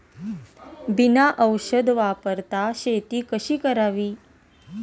बिना औषध वापरता शेती कशी करावी?